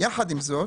יחד עם זאת